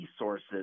resources